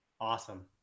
Awesome